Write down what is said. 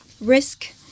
risk